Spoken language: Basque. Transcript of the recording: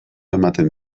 ematen